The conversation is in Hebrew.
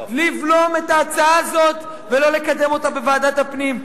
ידעו לבלום את ההצעה הזאת ולא לקדם אותה בוועדת הפנים,